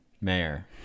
mayor